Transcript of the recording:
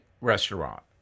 restaurant